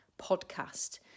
podcast